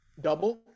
double